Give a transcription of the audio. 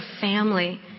family